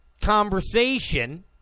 conversation